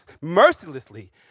mercilessly